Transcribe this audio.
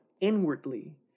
inwardly